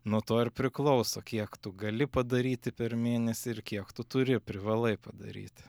nuo to ir priklauso kiek tu gali padaryti per mėnesį ir kiek tu turi privalai padaryti